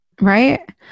Right